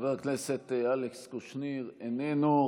חבר הכנסת אלכס קושניר, איננו.